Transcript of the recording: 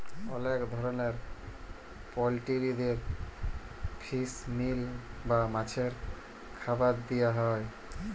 অলেক ধরলের পলটিরিদের ফিস মিল বা মাছের খাবার দিয়া হ্যয়